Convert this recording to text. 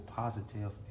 positive